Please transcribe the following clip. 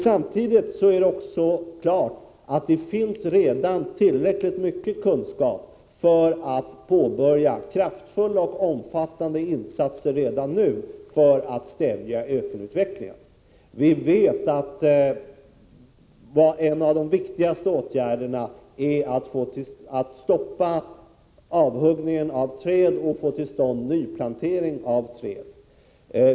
Samtidigt står det klart att det finns tillräckligt mycket kunskaper för att påbörja kraftfulla och omfattande insatser redan nu, så att utvecklingen när det gäller ökenutbredningen kan stävjas. Vi vet att en av de viktigaste åtgärderna är att stoppa nedhuggningen av träd och att få till stånd nyplantering av träd.